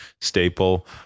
staple